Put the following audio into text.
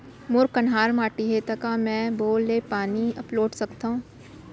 मोर कन्हार माटी हे, त का मैं बोर ले पानी अपलोड सकथव?